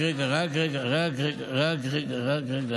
רק רגע, רק רגע.